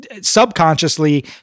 subconsciously